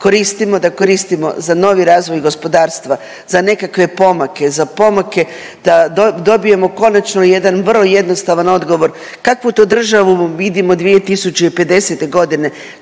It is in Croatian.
koristimo da koristimo za novi razvoj gospodarstva, za nekakve pomake, za pomake da dobijemo konačno jedan vrlo jednostavan odgovor, kakvu to državu vidimo 2050.g.,